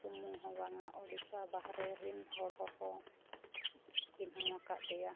ᱥᱩᱢᱩᱱ ᱫᱚ ᱵᱟᱝᱟ ᱳᱰᱤᱥᱟ ᱵᱟᱦᱨᱮ ᱨᱮᱱ ᱦᱚᱲ ᱦᱚᱸ ᱠᱚ ᱪᱤᱱᱦᱟᱹᱣ ᱟᱠᱟᱫᱮᱭᱟ